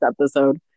episode